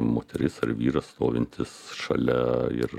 moteris ar vyras stovintis šalia ir